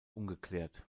ungeklärt